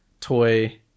toy